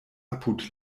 apud